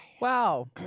wow